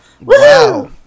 Wow